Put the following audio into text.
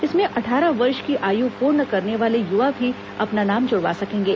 इसमें अट्ठारह वर्ष की आयु पूर्ण करने वाले युवा भी अपना नाम जुड़वा सकेंगे